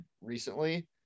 recently